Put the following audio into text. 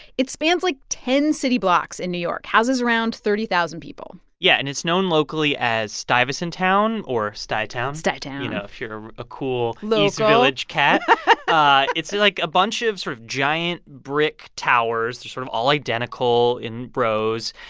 it spans, like, ten city blocks in new york, houses around thirty thousand people yeah. and it's known locally as stuyvesant town, or stuytown. stuytown. you know, if you're a cool east. local. village cat ah it's, like, a bunch of sort of giant brick towers sort of all identical in rows.